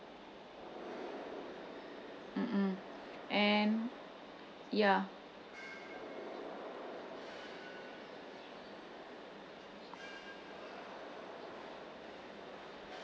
mm mm and ya